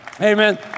Amen